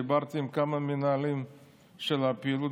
דיברתי עם כמה מנהלים של הפעילות